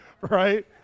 Right